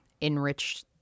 enrich